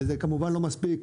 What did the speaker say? וזה כמובן לא מספיק.